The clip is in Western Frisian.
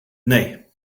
nee